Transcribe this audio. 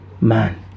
man